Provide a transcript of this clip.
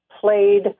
played